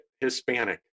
Hispanic